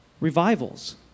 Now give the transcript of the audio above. revivals